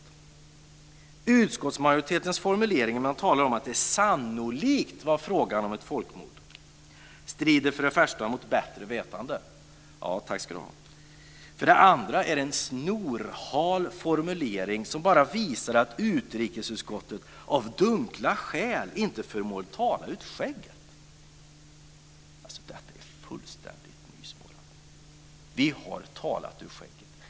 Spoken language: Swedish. Han skriver att utskottsmajoritetens formulering att det sannolikt var fråga om ett folkmord för det första strider mot bättre vetande, för det andra är en snorhal formulering, som bara visar att utrikesutskottet av dunkla skäl inte förmår tala ur skägget. Det är fullständigt urspårat. Vi har talat ur skägget.